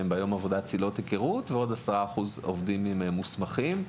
צלילות היכרות ועוד 10% עובדים עם מוסמכים.